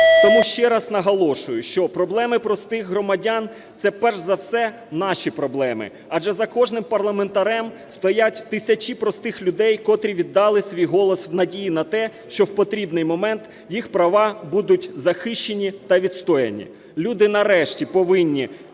Тому ще раз наголошую, що проблеми простих громадян – це перш за все наші проблеми. Адже за кожним парламентарем стоять тисячі простих людей, котрі віддали свій голос в надії на те, що в потрібний момент їх права будуть захищені та відстояні. Люди нарешті повинні